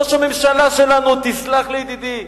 ראש הממשלה שלנו, תסלח לי, ידידי,